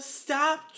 stop